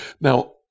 Now